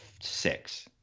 six